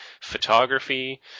photography